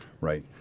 Right